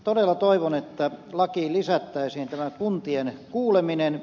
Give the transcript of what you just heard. todella toivon että lakiin lisättäisiin tämä kuntien kuuleminen